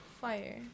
Fire